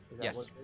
yes